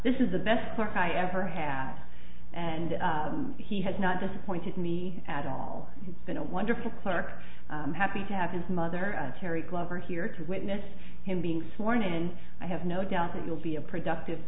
this is the best work i ever have and he has not disappointed me at all it's been a wonderful clark happy to have his mother terry glover here to witness him being sworn in and i have no doubt that you'll be a productive